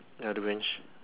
ya the bench